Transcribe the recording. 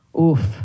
Oof